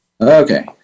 Okay